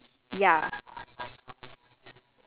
oh I did okay so cetaphil right is too strong for me